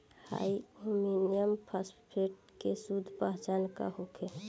Di ammonium phosphate के शुद्ध पहचान का होखे?